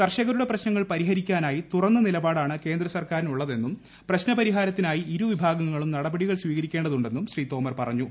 കർഷകരുടെ പ്രശ്ന്നങ്ങൾ പരിഹരിക്കാനായി തുറന്ന നിലപാടാണ് കേന്ദ്രസർക്കാർ ്നുള്ളതെന്നും പ്രശ്ന പരിഹാരത്തിനായി ഇരുവിഭാഗങ്ങളും നടപടികൾ സ്വീകരിക്കേണ്ടതുണ്ടെന്നും ശ്രീ തോമർ പറഞ്ഞു